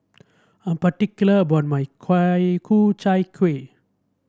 I am particular about my Ku Chai Kuih